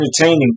entertaining